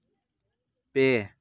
ᱯᱮ